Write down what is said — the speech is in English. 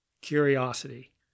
curiosity